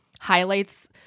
highlights